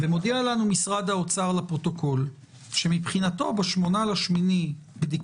נציגי ונציגות המשרדים: ממשרד הבריאות ד"ר שרון אלרעי פרייס,